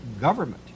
government